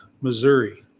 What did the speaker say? Missouri